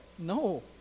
no